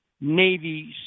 Navy